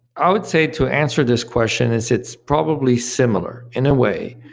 i would say to answer this question is it's probably similar in a way.